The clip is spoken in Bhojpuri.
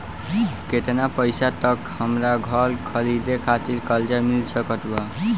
केतना पईसा तक हमरा घर खरीदे खातिर कर्जा मिल सकत बा?